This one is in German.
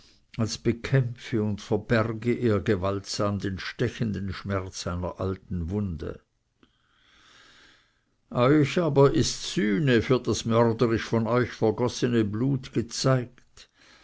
als bekämpfe und verberge er gewaltsam den stechenden schmerz einer alten wunde euch aber ist die sühne für das mörderisch von euch vergossene blut gezeigt